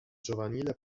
giovanile